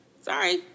Sorry